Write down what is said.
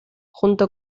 junto